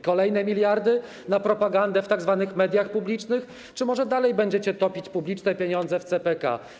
Kolejne miliardy na propagandę w tzw. mediach publicznych czy może dalej będziecie topić publiczne pieniądze w CPK?